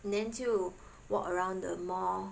then 就 walk around the mall